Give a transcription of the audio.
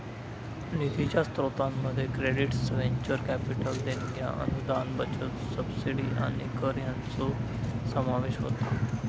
निधीच्या स्रोतांमध्ये credits, venture capital देणग्या, अनुदान, बचत, सबसिडी आणि कर हयांचो समावेश होता